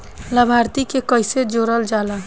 लभार्थी के कइसे जोड़ल जाला?